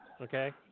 okay